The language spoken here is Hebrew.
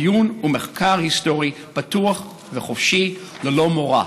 דיון ומחקר היסטורי פתוח וחופשי ללא מורא.